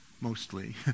mostly